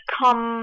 come